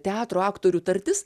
teatro aktorių tartis